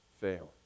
fail